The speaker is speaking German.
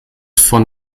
von